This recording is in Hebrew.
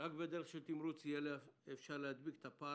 רק בדרך של תמרוץ אפשר יהיה להדביק את הפער